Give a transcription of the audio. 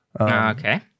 Okay